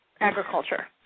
Agriculture